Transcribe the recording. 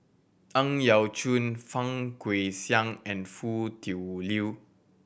Ang Yau Choon Fang Guixiang and Foo Tui Liew